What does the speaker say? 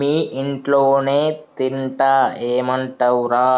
మీ ఇంట్లోనే తింటా ఏమంటవ్ రా